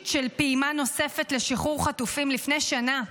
של פעימה נוספת לשחרור חטופים לפני שנה,